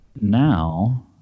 now